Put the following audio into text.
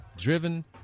driven